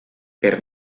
per